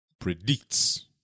predicts